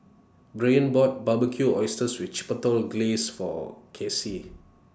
Byron bought Barbecued Oysters with Chipotle Glaze For Kelsie